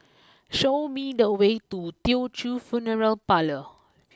show me the way to Teochew Funeral Parlour